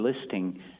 listing